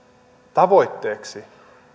tavoitteeksi